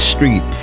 Street